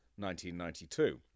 1992